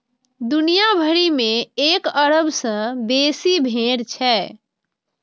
दुनिया भरि मे एक अरब सं बेसी भेड़ छै